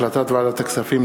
החלטת ועדת הכספים,